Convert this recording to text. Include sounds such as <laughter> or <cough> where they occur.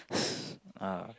<breath> uh